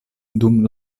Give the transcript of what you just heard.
dum